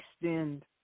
extend